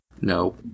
No